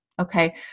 Okay